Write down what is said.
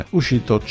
uscito